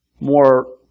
more